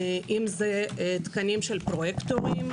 אם זה תקנים של פרויקטורים,